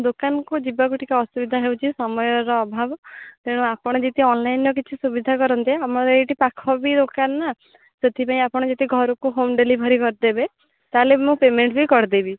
ଦୋକାନକୁ ଯିବାକୁ ଟିକେ ଅସୁବିଧା ହେଉଛି ସମୟର ଅଭାବ ତେଣୁ ଆପଣ ଯଦି ଅନଲାଇନ୍ରେ କିଛି ସୁବିଧା କରନ୍ତେ ଆମର ଏଇଠି ପାଖ ବି ଦୋକାନ ନା ସେଥିପାଇଁ ଆପଣ ଯଦି ଘରକୁ ହୋମ୍ ଡେଲିଭରି କରିଦେବେ ତାହେଲେ ମୁଁ ପେମେଣ୍ଟ ବି କରିଦେବି